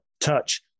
touch